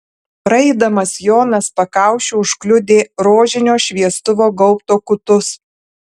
praeidamas jonas pakaušiu užkliudė rožinio šviestuvo gaubto kutus